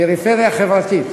פריפריה חברתית,